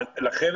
למה?